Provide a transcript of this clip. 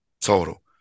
total